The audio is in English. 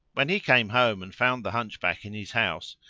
when he came home and found the hunchback in his house,